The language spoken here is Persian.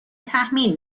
تحمیل